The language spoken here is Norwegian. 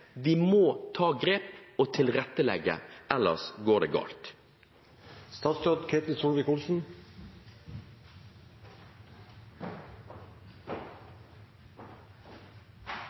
Vi må ta grep og tilrettelegge, ellers går det